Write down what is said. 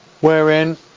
wherein